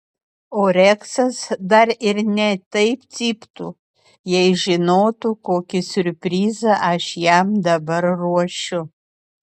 o reksas dar ir ne taip cyptų jei žinotų kokį siurprizą aš jam dabar ruošiu